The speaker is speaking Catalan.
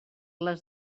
les